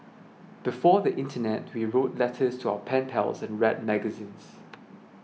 before the internet wrote letters to our pen pals and read magazines